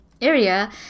area